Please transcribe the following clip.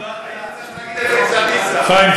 חיים,